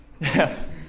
Yes